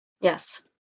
Yes